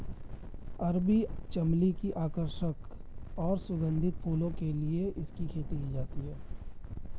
अरबी चमली की आकर्षक और सुगंधित फूलों के लिए इसकी खेती की जाती है